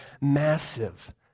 massive